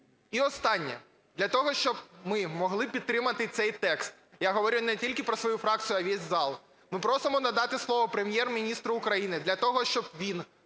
І останнє. Для того, щоб ми могли підтримати цей текст - я говорю не тільки про свою фракцію, а і весь зал, - ми просимо надати слово Прем'єр-міністру України для того, щоб він